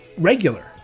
regular